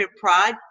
pride